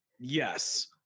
yes